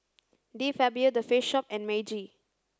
De Fabio The Face Shop and Meiji